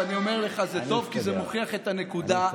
כי זה מוכיח את הנקודה.